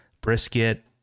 brisket